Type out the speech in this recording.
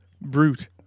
Brute